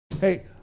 Hey